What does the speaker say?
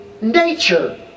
nature